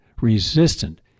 resistant